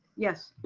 yes.